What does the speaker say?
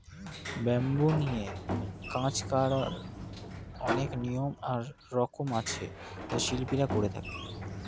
bamboo নিয়ে কাজ করার অনেক নিয়ম আর রকম আছে যা শিল্পীরা করে থাকে